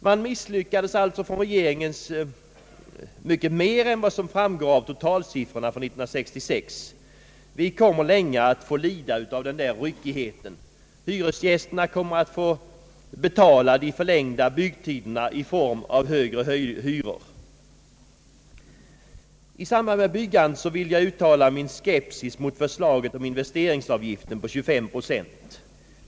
Regeringen har alltså misslyckats mer än som framgår av totalsiffran för 1966. Vi kommer länge att lida av den där ryckigheten. Hyresgästerna kommer att få betala de förlängda byggtiderna i form av högre hyror. I samband med bostadsbyggandet vill jag uttala min skepsis mot förslaget om investeringsavgift på 25 procent.